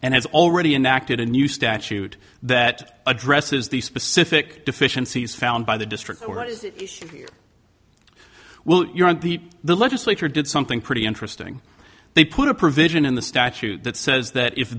and has already enacted a new statute that addresses the specific deficiencies found by the district or is well you know at the the legislature did something pretty interesting they put a provision in the statute that says that if